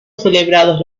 celebrados